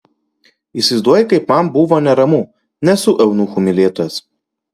įsivaizduoji kaip man buvo neramu nesu eunuchų mylėtojas